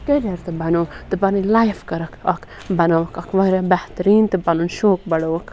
کٮ۪ریر تہِ بَناو تہٕ پَنٕنۍ لایِف کٔرٕکھ اَکھ بَنٲوکھ اَکھ واریاہ بہتریٖن تہٕ پَنُن شوق بَڑاوُکھ